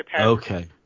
Okay